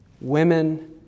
women